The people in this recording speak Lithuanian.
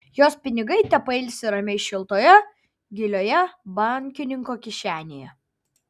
jos pinigai tepailsi ramiai šiltoje gilioje bankininko kišenėje